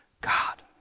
God